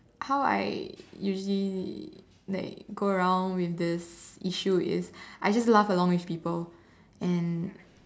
how I usually like go around with the issue is I just laugh along with people and